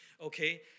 okay